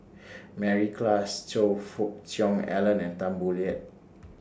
Mary Klass Choe Fook Cheong Alan and Tan Boo Liat